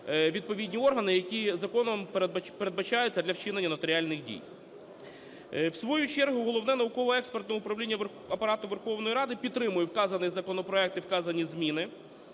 відповідні органи, які законом передбачаються для вчинення нотаріальних дій. В свою чергу Головне науково-експертне управління Апарату Верховної Ради підтримує вказаний законопроект і вказані зміни